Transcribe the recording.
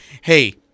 hey